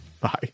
Bye